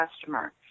customer